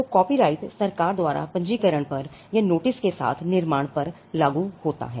तो कॉपीराइट सरकार द्वारा पंजीकरण पर या नोटिस के साथ निर्माण पर लागू होता है